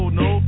no